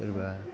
सोरबा